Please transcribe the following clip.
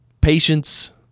patience